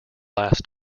last